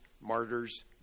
martyr's